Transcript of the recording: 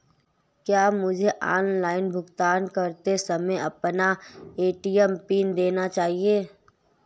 क्या मुझे ऑनलाइन भुगतान करते समय अपना ए.टी.एम पिन देना चाहिए?